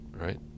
right